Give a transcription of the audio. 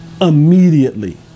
immediately